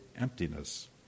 emptiness